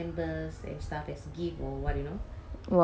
!wow! eh அதெலாம் நல்ல இருக்கும்:athela nalla irukkum sia